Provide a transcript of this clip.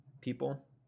people